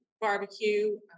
barbecue